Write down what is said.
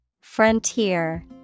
Frontier